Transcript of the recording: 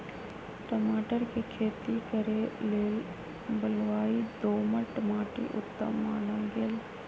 टमाटर कें खेती करे लेल बलुआइ दोमट माटि उत्तम मानल गेल